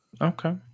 Okay